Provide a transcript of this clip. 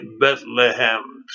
Bethlehem